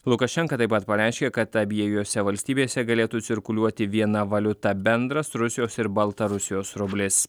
lukašenka taip pat pareiškė kad abiejose valstybėse galėtų cirkuliuoti viena valiuta bendras rusijos ir baltarusijos rublis